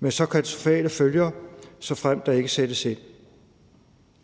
med katastrofale følger, såfremt der ikke sættes ind.